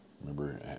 Remember